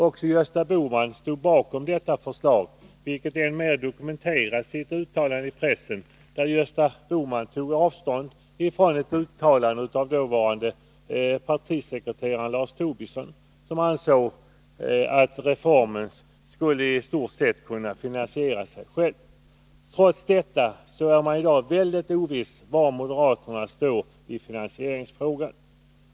Också Gösta Bohman stod bakom detta förslag, vilket än mer dokumenteras i ett uttalande i pressen, där han tog avstånd från ett uttalande av moderaternas dåvarande partisekreterare Lars Tobisson, som ansåg att reformen skulle i stort sett kunna finansiera sig själv. Trots detta är man i dag väldigt oviss om var moderaterna står.